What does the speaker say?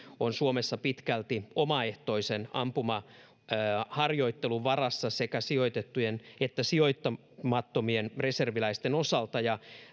on suomessa pitkälti omaehtoisen ampumaharjoittelun varassa sekä sijoitettujen että sijoittamattomien reserviläisten osalta ja